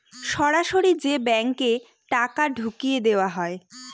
সরাসরি যে ব্যাঙ্কে টাকা ঢুকিয়ে দেওয়া হয়